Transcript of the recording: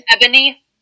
ebony